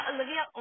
Olivia